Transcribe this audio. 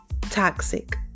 toxic